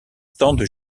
stands